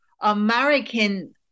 American